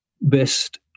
best